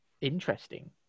interesting